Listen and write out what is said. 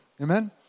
Amen